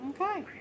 Okay